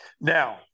Now